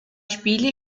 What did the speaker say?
spiele